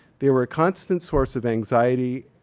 they were a constant source of anxiety